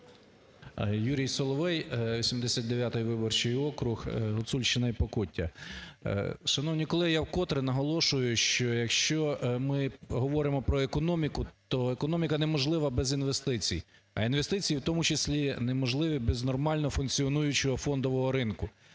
Юрій Соловей, 79 виборчий округ, Гуцульщина і Покуття. Шановні колеги, я вкотре наголошую, що якщо ми говоримо про економіку, то економіка неможлива без інвестицій, а інвестиції в тому числі неможливі без нормально функціонуючого фондового ринку.